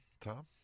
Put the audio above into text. Tom